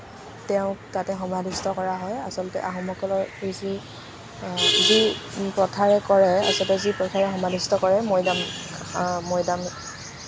তেওঁক তাতে সমাধিস্থ কৰা হয় আচলতে আহোমসকলৰ যি যি যি প্ৰথাৰে কৰে আচলতে যি প্ৰথাৰে সমাধিস্থ কৰে মৈদাম মৈদাম